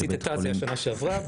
בשנה שעברה,